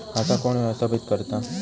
खाता कोण व्यवस्थापित करता?